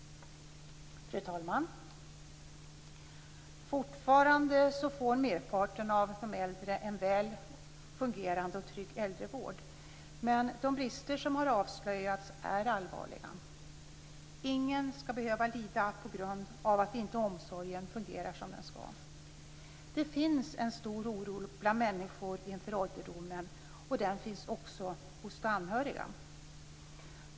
Fortfarande får merparten av de äldre en väl fungerande och trygg äldrevård, men de brister som har avslöjats är allvarliga. Ingen skall behöva lida på grund av att inte omsorgen fungerar som den skall. Det finns en stor oro bland människor inför ålderdomen, och den finns också hos de anhöriga.